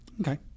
Okay